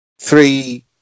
three